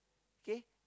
okay